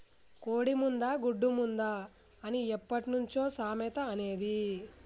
కోడి ముందా, గుడ్డు ముందా అని ఎప్పట్నుంచో సామెత అనేది